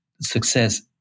success